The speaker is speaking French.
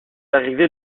arrivé